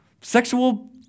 sexual